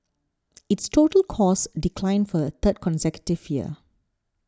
its total costs declined for the third consecutive year